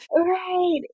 Right